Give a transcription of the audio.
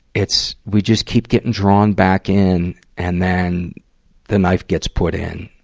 it's, we just keep getting drawn back in, and then the knife gets put in.